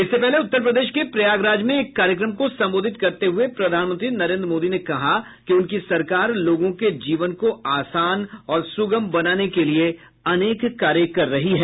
इससे पहले उत्तर प्रदेश के प्रयागराज में एक कार्यक्रम को संबोधित करते हये प्रधानमंत्री नरेन्द्र मोदी ने कहा है कि उनकी सरकार लोगों के जीवन को आसान और सुगम बनाने के लिए अनेक कार्य कर रही है